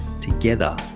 Together